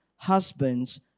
Husbands